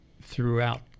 throughout